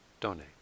donate